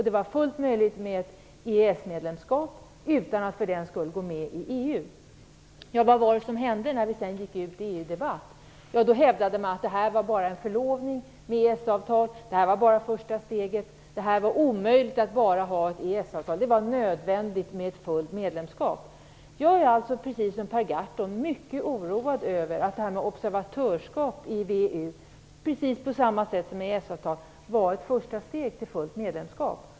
Det var fullt möjligt att träffa ett EES-avtal utan att vi för den skull gick med i EU, sades det. Men vad hände sedan i EU-debatten? Då hävdade man att detta bara var en förlovning - EES-avtalet var bara första steget, Det var omöjligt att bara ha ett EES-avtal, och det var nödvändigt med ett fullt medlemskap. Jag är alltså liksom Per Gahrton mycket oroad över att ett observatörskap - precis som när det gällde EES-avtalet - är första steget mot ett fullt medlemskap.